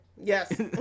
Yes